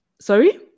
Sorry